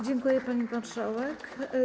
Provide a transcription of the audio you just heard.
Dziękuję, pani marszałek.